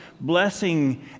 blessing